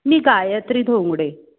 मी Gayatri Dhongade